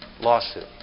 Lawsuit